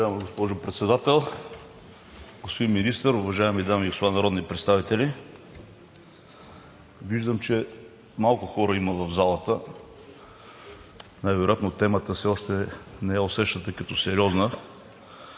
Уважаема госпожо Председател, господин Министър, уважаеми дами и господа народни представители! Виждам, че има малко хора в залата, най вероятно темата все още не я усещате като сериозна,